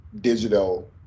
digital